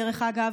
דרך אגב,